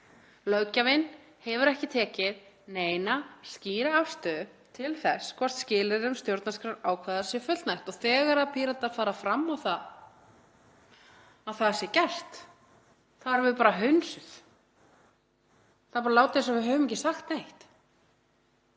Löggjafinn hefur ekki tekið neina skýra afstöðu til þess hvort skilyrðum stjórnarskrárákvæða sé fullnægt. Þegar við Píratar förum fram á að það sé gert erum við hunsuð, það er bara látið eins og við höfum ekki sagt neitt.